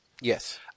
Yes